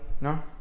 ¿no